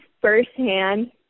firsthand